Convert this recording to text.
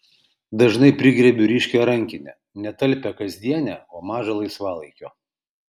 dažnai prigriebiu ryškią rankinę ne talpią kasdienę o mažą laisvalaikio